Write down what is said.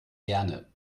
gerne